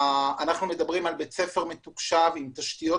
אנחנו מדברים על בית ספר מתוקשב עם תשתיות